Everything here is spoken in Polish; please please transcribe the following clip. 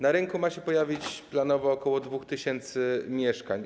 Na rynku ma się pojawić planowo ok. 2 tys. mieszkań.